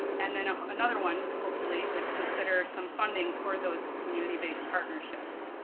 and then ah another one, hopefully would consider some funding for those community based partnerships.